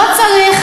לא,